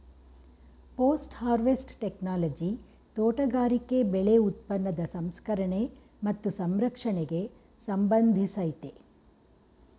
post harvest technology ತೋಟಗಾರಿಕೆ ಬೆಳೆ ಉತ್ಪನ್ನದ ಸಂಸ್ಕರಣೆ ಮತ್ತು ಸಂರಕ್ಷಣೆಗೆ ಸಂಬಂಧಿಸಯ್ತೆ